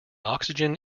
oxygen